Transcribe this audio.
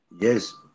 Yes